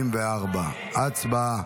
44. הצבעה.